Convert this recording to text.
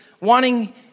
wanting